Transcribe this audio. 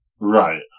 Right